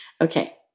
Okay